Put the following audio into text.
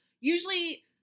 usually